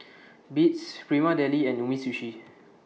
Beats Prima Deli and Umisushi